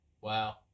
Wow